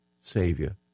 savior